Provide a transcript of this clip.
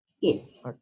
Yes